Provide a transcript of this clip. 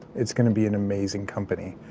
it's going to be an amazing company.